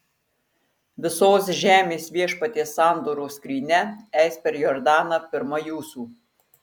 visos žemės viešpaties sandoros skrynia eis per jordaną pirma jūsų